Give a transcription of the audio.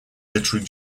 literary